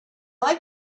like